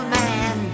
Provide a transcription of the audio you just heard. man